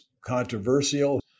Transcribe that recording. controversial